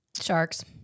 Sharks